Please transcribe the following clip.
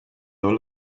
your